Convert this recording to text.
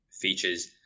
features